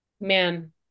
Man